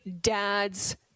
dad's